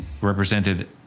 represented